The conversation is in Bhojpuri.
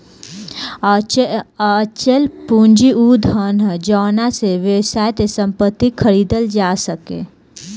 अचल पूंजी उ धन ह जावना से व्यवसाय के संपत्ति खरीदल जा सके